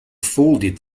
folded